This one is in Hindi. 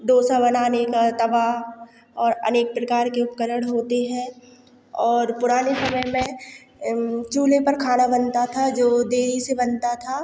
दोसा बनाने का तवा और अनेक प्रकार के उपकरण होते हैं और पुराने समय में चूल्हे पर खाना बनता था जो देरी से बनता था